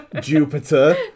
Jupiter